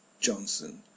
Johnson